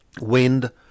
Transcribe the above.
wind